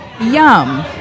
Yum